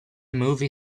movie